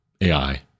AI